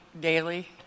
daily